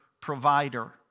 provider